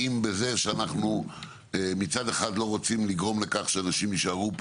האם בזה שאנחנו מצד אחד לא רוצים לגרום לכך שאנשים יישארו כאן